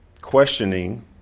Questioning